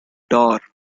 tower